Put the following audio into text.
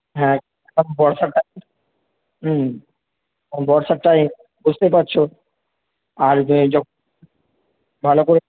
হ্যাঁ বর্ষাটা হুম বর্ষাটায় বুঝতেই পারছো আর এ যখ ভালো করে